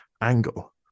angle